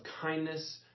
kindness